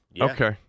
Okay